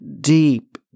Deep